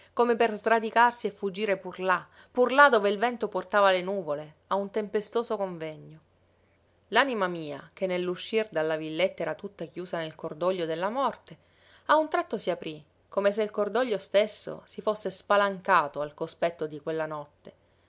come per sradicarsi e fuggire pur là pur là dove il vento portava le nuvole a un tempestoso convegno l'anima mia che nell'uscir dalla villetta era tutta chiusa nel cordoglio della morte a un tratto si aprí come se il cordoglio stesso si fosse spalancato al cospetto di quella notte